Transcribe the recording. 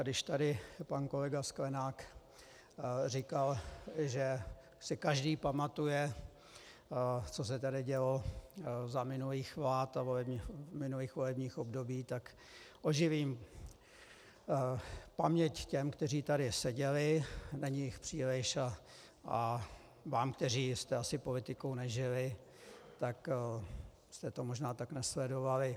Když tady pan kolega Sklenák říkal, že si každý pamatuje, co se tady dělo za minulých vlád a v minulých volebních obdobích, tak oživím paměť těm, kteří tady seděli, není jich příliš, a vám, kteří jste asi politikou nežili, tak jste to možná tak nesledovali.